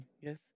Yes